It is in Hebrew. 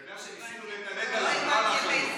אתה יודע שניסינו לדלג עליו, לא הלך לנו.